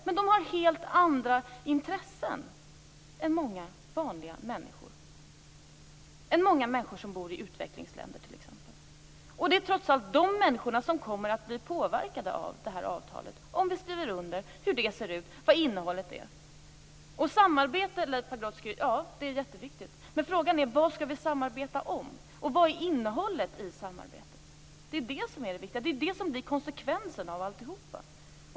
Men de har helt andra intressen än många vanliga människor, än många människor som t.ex. bor i utvecklingsländer. Det är trots allt de människorna som kommer att bli påverkade av det här avtalet, om vi skriver under det som det ser ut och som innehållet är. Samarbete, Leif Pagrotsky, det är jätteviktigt. Frågan är: Vad skall vi samarbeta om? Och vad är innehållet i samarbetet? Det är det som är det viktiga. Det är det som blir konsekvensen av alltihop.